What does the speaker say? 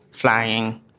flying